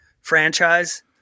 franchise